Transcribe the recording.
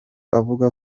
avuga